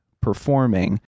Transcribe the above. performing